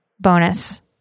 bonus